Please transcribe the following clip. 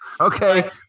Okay